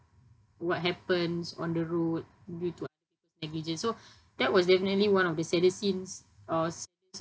what happens on the road due to negligence so that was definitely one of the saddest scenes or